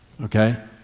okay